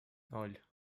ноль